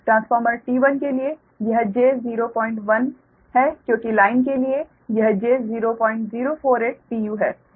transformer T1 के लिए यह j010 है क्योंकि लाइन के लिए यह j0048 pu है